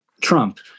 trump